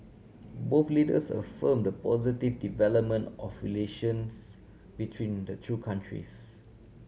both leaders affirm the positive development of relations between the two countries